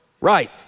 Right